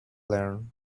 learn